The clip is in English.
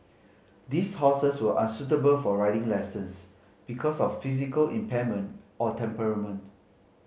these horses were unsuitable for riding lessons because of physical impairment or temperament